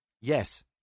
Yes